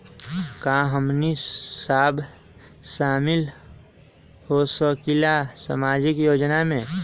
का हमनी साब शामिल होसकीला सामाजिक योजना मे?